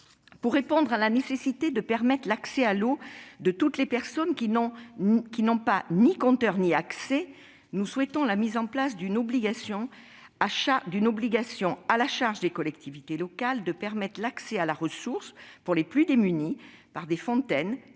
pour répondre à la nécessité de permettre l'accès à l'eau de toutes les personnes qui n'ont ni compteur ni accès, nous souhaitons la mise en place d'une obligation, à la charge des collectivités locales, de permettre l'accès à la ressource pour les plus démunis par des fontaines,